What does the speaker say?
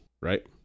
right